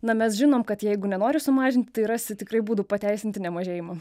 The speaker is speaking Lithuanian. na mes žinom kad jeigu nenori sumažinti tai rasi tikrai būdų pateisinti nemažėjimą